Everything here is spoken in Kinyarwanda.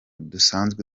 dusanzwe